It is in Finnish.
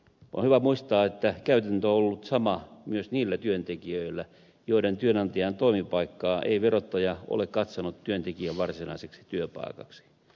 on hyvä muistaa että käytäntö on ollut sama myös niillä työntekijöillä joiden työnantajan toimipaikkaa ei verottaja ole katsonut työntekijän varsinaiseksi työpaikaksi